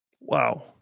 Wow